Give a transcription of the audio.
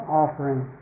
offering